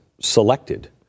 selected